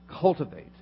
cultivate